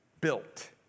built